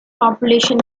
population